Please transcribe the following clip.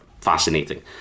fascinating